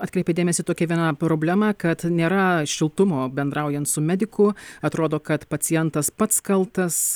atkreipė dėmesį į tokią vieną problemą kad nėra šiltumo bendraujant su mediku atrodo kad pacientas pats kaltas